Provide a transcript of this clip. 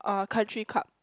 uh country club